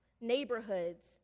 neighborhoods